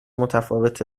متفاوت